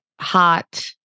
hot